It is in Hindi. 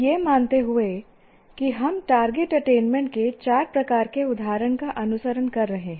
यह मानते हुए कि हम टारगेट अटेनमेंट के 4 प्रकार के उदाहरण का अनुसरण कर रहे हैं